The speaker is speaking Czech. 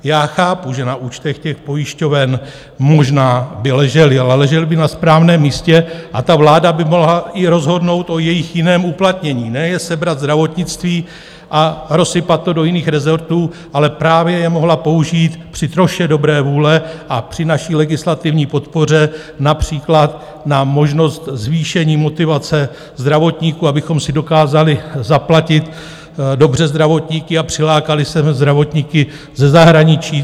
Já chápu, že na účtech těch pojišťoven možná by ležely, ale ležely by na správném místě a vláda by mohla i rozhodnout o jejich jiném uplatnění, ne je sebrat zdravotnictví a rozsypat to do jiných rezortů, ale právě je mohla použít při troše dobré vůle a při naší legislativní podpoře například na možnost zvýšení motivace zdravotníků, abychom si dokázali zaplatit dobře zdravotníky a přilákali sem zdravotníky ze zahraničí.